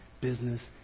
business